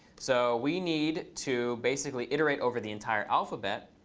so we need to basically iterate over the entire alphabet.